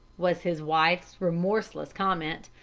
was his wife's remorseless comment.